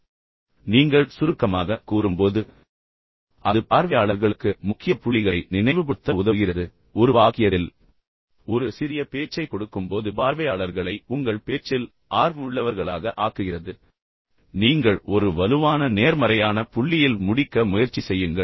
எனவே நீங்கள் சுருக்கமாகக் கூறும்போது அது பார்வையாளர்களுக்கு முக்கிய புள்ளிகளை நினைவுபடுத்த உதவுகிறது மேலும் நீங்கள் ஒரு வாக்கியம் அல்லது இரண்டில் ஒரு சிறிய பேச்சைக் கொடுக்கும்போது அதைச் செய்ய முடிந்தால் பார்வையாளர்களை மீண்டும் உங்கள் பேச்சில் ஆர்வமுள்ளவர்களாக ஆக்குகிறது மேலும் நீங்கள் ஒரு வலுவான நேர்மறையான புள்ளியில் முடிவடைகிறீர்கள் என்பதை உறுதிப்படுத்திக் கொள்ளுங்கள்